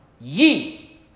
ye